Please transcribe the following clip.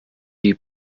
die